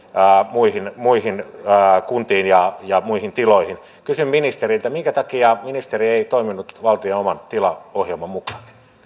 kuntiin ja ja muihin tiloihin kysyn ministeriltä minkä takia ministeri ei toiminut valtion oman tilaohjelman mukaan